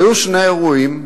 היו שני אירועים.